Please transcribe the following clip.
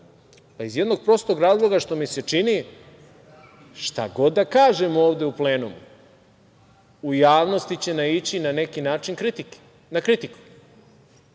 Iz jednog prostor razloga što mi se čini da šta god da kažem ovde u plenumu u javnosti će naići na neki način na kritiku.